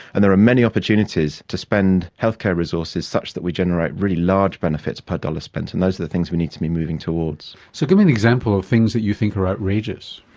and there are many opportunities to spend healthcare resources such that we generate really large benefits per dollar spent. and those are the things we need to be moving towards. so give me an example of things that you think are outrageous.